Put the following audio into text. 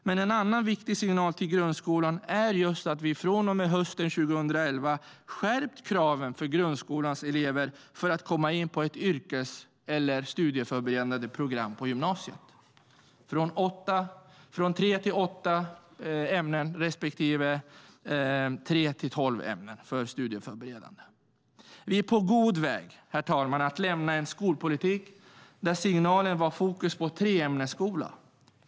Men en annan viktig signal till grundskolan är just att vi sedan hösten 2011 skärpt kraven för grundskolans elever när det gäller att komma in på ett yrkes eller studieförberedande program på gymnasiet. Det har gått från tre till åtta ämnen, respektive tre till tolv ämnen för de studieförberedande. Vi är på god väg, herr talman, att lämna en skolpolitik där signalen var fokus på en treämnesskola.